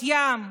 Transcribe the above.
בת ים,